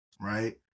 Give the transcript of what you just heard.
right